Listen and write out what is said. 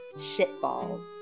shitballs